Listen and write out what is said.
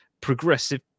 progressive